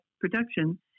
production